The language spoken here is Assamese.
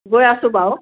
গৈ আছোঁ বাৰু